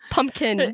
Pumpkin